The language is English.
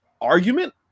argument